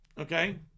Okay